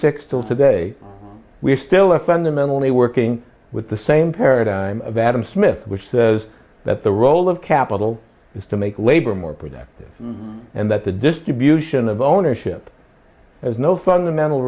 six till today we're still a fundamentally working with the same paradigm of adam smith which says that the role of capital is to make labor more productive and that the distribution of ownership as no fundamental